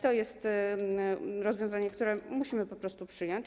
To jest rozwiązanie, które musimy po prostu przyjąć.